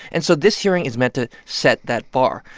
and so this hearing is meant to set that bar.